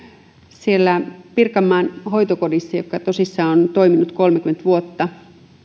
siellä pirkanmaan hoitokodissa joka tosissaan on toiminut kolmekymmentä vuotta